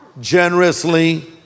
generously